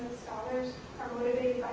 scholars are motivated